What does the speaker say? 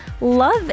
love